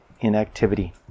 inactivity